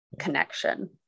connection